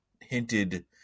hinted